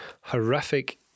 horrific